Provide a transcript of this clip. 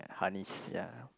honeys ya